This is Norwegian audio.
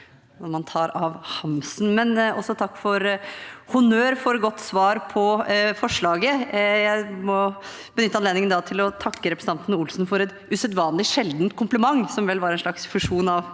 også for honnør for godt svar på forslaget. Jeg må benytte anledningen til å takke representanten Olsen for et usedvanlig sjeldent kompliment, som vel var et slags fusjon av